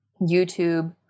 YouTube